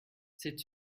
c’est